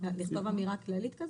לכתוב אמירה כללית?